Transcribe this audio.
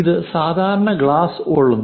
ഇത് സാധാരണ ഗ്ലാസ് ഉൾക്കൊള്ളുന്നു